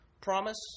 promise